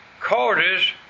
causes